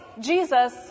Jesus